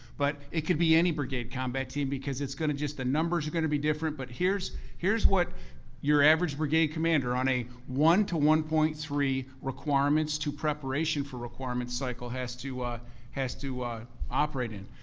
but it could be any brigade combat team because it's going to just, the numbers are going to be different, but here's here's what your average brigade commander, on a one one point three requirements to preparation for requirements cycle has to has to operate in.